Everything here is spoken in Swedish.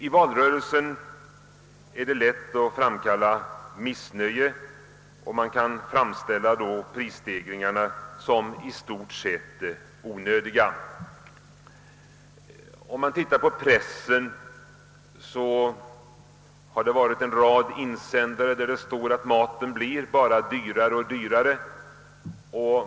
I en valrörelse är det lätt att framkalla missnöje om man kan framställa prisstegringarna som i stort sett onödiga. I pressen har det funnits en rad insändare, där det stått att maten blir bara dyrare och dyrare.